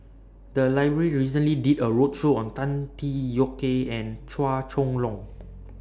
The Library recently did A roadshow on Tan Tee Yoke and Chua Chong Long